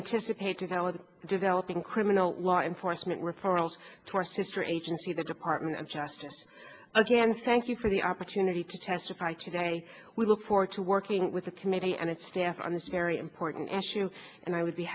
developing developing criminal law enforcement referrals to our sister agency the department of justice again thank you for the opportunity to testify today we look forward to working with the committee and its staff on this very important issue and i would be